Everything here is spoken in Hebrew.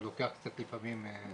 זה לוקח לפעמים כמה דקות.